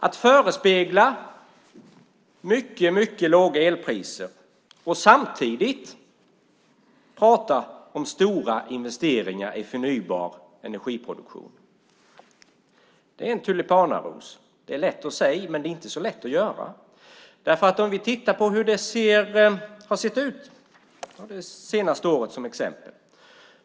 Att förespegla mycket låga elpriser och samtidigt tala om stora investeringar i förnybar energiproduktion är en tulipanaros. Det är lätt att säga men inte så lätt att göra. Låt oss titta på hur det har sett ut det senaste året till exempel.